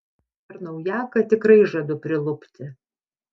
per naujaką tikrai žadu prilupti